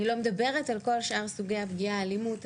אני לא מדברת על כל שאר סוגי הפגיעה אלימות,